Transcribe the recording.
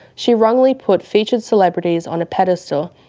she wrongly put featured celebrities on a pedestal,